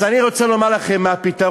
אז אני רוצה לומר לכם מה הפתרון,